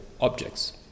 objects